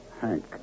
Hank